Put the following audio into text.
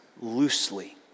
loosely